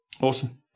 Awesome